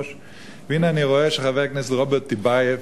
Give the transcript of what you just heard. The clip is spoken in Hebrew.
והנה אני רואה שחבר הכנסת רוברט טיבייב,